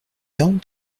quarante